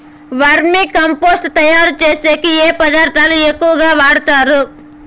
వర్మి compost తయారుచేసేకి ఏ పదార్థాలు ఎక్కువగా వాడుతారు